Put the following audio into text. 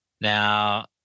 Now